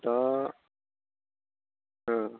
दा